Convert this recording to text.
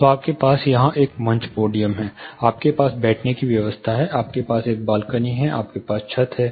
तो आपके पास यहां एक मंच पोडियम है आपके पास बैठने की व्यवस्था है आपके पास एक बालकनी है आपके पास छत है